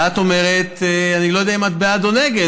ואת אומרת, אני לא יודע אם את בעד או נגד.